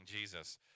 Jesus